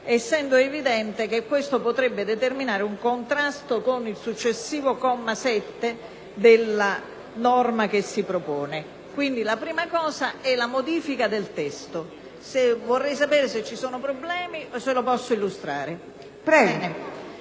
materiale evidente, che potrebbe determinare un contrasto con il successivo comma 7 della norma che si propone. Chiedo innanzitutto la modifica del testo. Vorrei sapere se ci sono problemi o se lo posso illustrare.